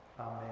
Amen